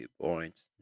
points